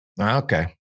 Okay